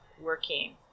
working